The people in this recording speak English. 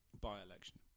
by-election